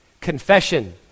Confession